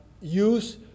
use